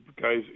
guys